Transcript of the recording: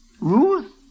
Ruth